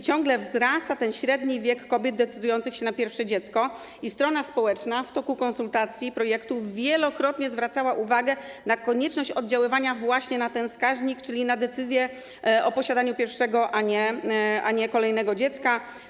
Ciągle wzrasta ten średni wiek kobiet decydujących się na urodzenie pierwszego dziecka i strona społeczna w toku konsultacji projektów wielokrotnie zwracała uwagę na konieczność oddziaływania właśnie na ten wskaźnik, czyli na decyzję o posiadaniu pierwszego, a nie kolejnego dziecka.